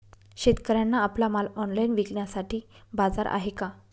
शेतकऱ्यांना आपला माल ऑनलाइन विकण्यासाठी बाजार आहे का?